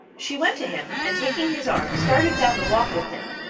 she went to him and taking his arm started down the walk with him.